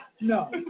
No